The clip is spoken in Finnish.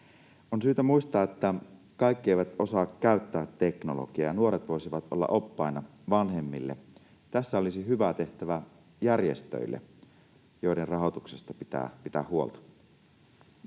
on syytä muistaa, että kaikki eivät osaa käyttää teknologiaa. Nuoret voisivat olla oppaina vanhemmille. Tässä olisi hyvä tehtävä järjestöille, joiden rahoituksesta pitää pitää